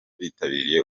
bitabiriye